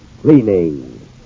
cleaning